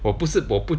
我不是我不